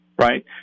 right